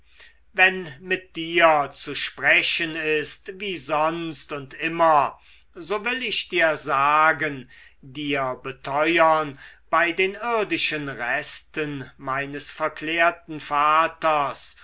wenn mit dir zu sprechen ist wie sonst und immer so will ich dir sagen dir beteuern bei den irdischen resten meines verklärten vaters